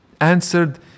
answered